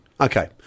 Okay